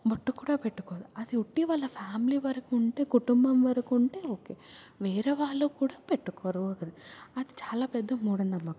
బొట్టు కూడా పెట్టుకోదు అది ఒట్టి వాళ్ళ ఫ్యామిలీ వరికు ఉంటే కుటుంబం వరికి ఉంటే ఓకే వేరే వాళ్ళు పెట్టుకోరు అది చాలా పెద్ద మూఢ నమ్మకం